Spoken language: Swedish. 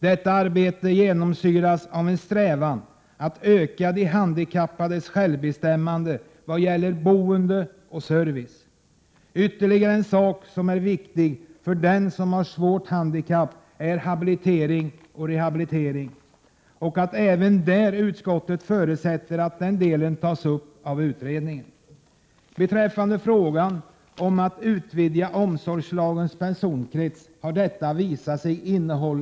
Detta arbete genomsyras av en strävan att öka de handikappades självbestämmande vad gäller boende och service. Ytterligare en sak som är viktig för den som har svårt handikapp är habilitering och rehabilitering. Även där förutsätter utskottet att frågan tas upp av utredningen. Frågan om att utvidga omsorgslagen till att omfatta större personkrets har visat sig komplicerad.